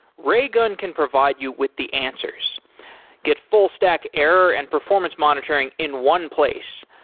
raygun can provide you with the answers get full stack, error and performance monitoring in one place.